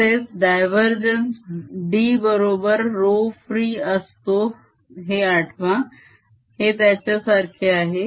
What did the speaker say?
तसेच div D बरोबर ρ free असतो हे आठवा हे त्याच्यासारखे आहे